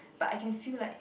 but I can feel like